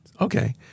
Okay